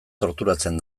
torturatzen